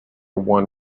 one